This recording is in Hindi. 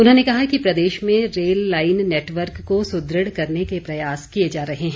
उन्होंने कहा कि प्रदेश में रेल लाईन नेटवर्क को सुदृढ़ करने के प्रयास किए जा रहे हैं